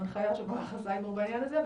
הנחיה של מערך הסייבר בעניין הזה.